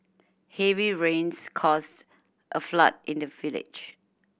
heavy rains caused a flood in the village